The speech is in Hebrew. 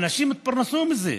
אנשים התפרנסו מזה.